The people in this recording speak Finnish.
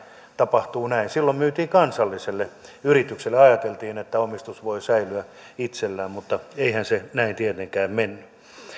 tapahtuu näin silloin myytiin kansalliselle yritykselle ja ajateltiin että omistus voi säilyä itsellä mutta eihän se näin tietenkään mennyt